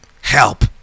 help